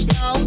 no